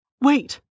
Wait